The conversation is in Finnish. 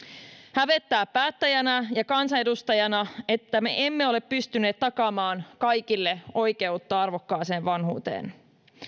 hävettää päättäjänä ja kansanedustajana että me emme ole pystyneet takaamaan kaikille oikeutta arvokkaaseen vanhuuteen